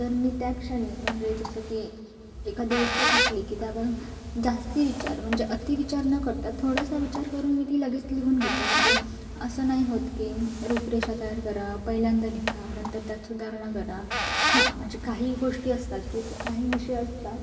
तर मी त्या क्षणी म्हनजे जसं की एखादी गोष्ट सुचली की त्यावरून जास्त विचार म्हणजे अतिविचार न करता थोडासा विचार करून मी ती लगेच लिहून घेते म्हणजे असं नाही होत की रूपरेषा तयार करा पहिल्यांदा लिहा नंतर त्यात सुधारणा करा हां म्हणजे काही गोष्टी असतात की काही विषय असतात